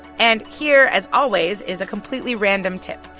and here, as always, is a completely random tip.